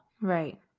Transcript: Right